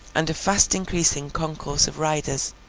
and a fast increasing concourse of riders.